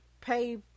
pay